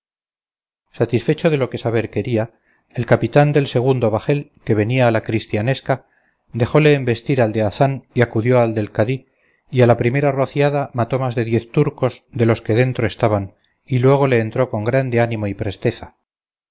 satisfecho de lo que saber quería el capitán del segundo bajel que venía a la cristianesca dejóle embestir al de hazán y acudió al del cadí y a la primera rociada mató más de diez turcos de los que dentro estaban y luego le entró con grande ánimo y presteza